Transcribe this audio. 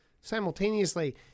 Simultaneously